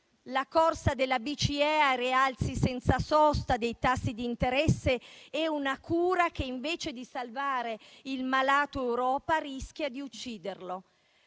la corsa della BCE a rialzi senza sosta dei tassi di interesse, una cura che invece di salvare il malato Europa rischia di ucciderlo.